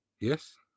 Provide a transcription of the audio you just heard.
yes